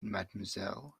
mademoiselle